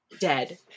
dead